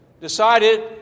decided